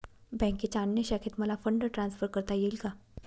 बँकेच्या अन्य शाखेत मला फंड ट्रान्सफर करता येईल का?